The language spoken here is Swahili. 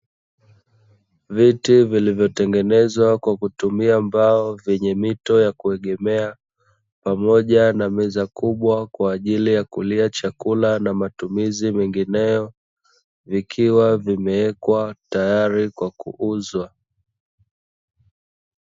Viti vilivyotengenezwa kwa kutumia mbao vyenye mito ya kuegemea, pamoja na meza kubwa kwa ajili ya kulia chakula na matumizi mengineyo vikiwa vimewekwa tayari kwa kuuzwa.